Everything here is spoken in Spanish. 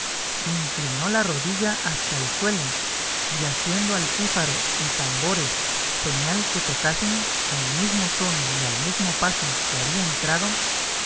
inclinó la rodilla hasta el suelo y haciendo al pífaro y tambores señal que tocasen al mismo son y al mismo paso que había entrado